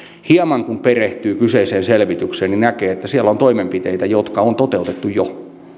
hieman kun perehtyy kyseiseen selvitykseen niin näkee että siellä on toimenpiteitä jotka on toteutettu jo